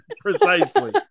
Precisely